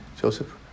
Joseph